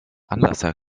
anlasser